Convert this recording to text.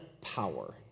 power